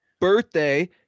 birthday